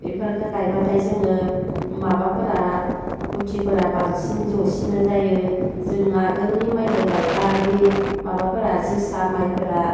बेफोरखो गायब्लाथाय जोङो माबाफोरा गुथिफोरा बांसिन जसिनो जायो जों आगोलनि माइखो गायब्ला बे माबाफोरा जोसा माइफोरा